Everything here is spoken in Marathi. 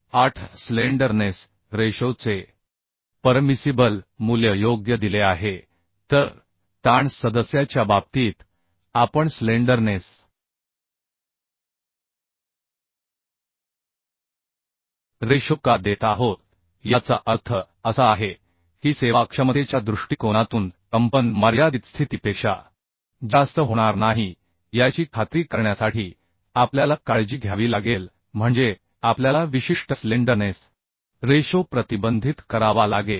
8 स्लेंडरनेस रेशोचे परमिसिबल मूल्य योग्य दिले आहे तर ताण सदस्याच्या बाबतीत आपण स्लेंडरनेस रेशो का देत आहोत याचा अर्थ असा आहे की सेवाक्षमतेच्या दृष्टीकोनातून कंपन मर्यादित स्थितीपेक्षा जास्त होणार नाही याची खात्री करण्यासाठी आपल्याला काळजी घ्यावी लागेल म्हणजे आपल्याला विशिष्ट स्लेंडरनेस रेशो प्रतिबंधित करावा लागेल